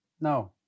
No